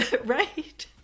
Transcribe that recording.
right